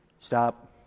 stop